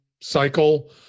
cycle